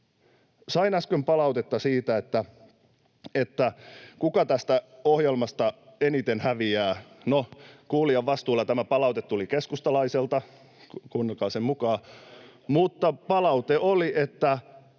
Sain äsken palautetta siitä, kuka tästä ohjelmasta eniten häviää. No, kuulijan vastuulla, tämä palaute tuli keskustalaiselta, kuunnelkaa sen mukaan. [Mauri